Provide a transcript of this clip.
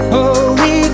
Holy